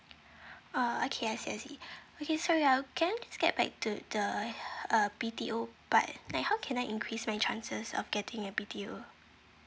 uh okay I see I see okay so ya can I just get back to the uh B_T_O like how can I increase my chances of getting a B_T_O